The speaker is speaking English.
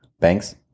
banks